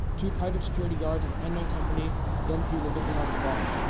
two private security guards of unknown company then threw the victim out of the bar.